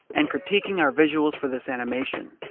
and critiquing our visuals for this animation.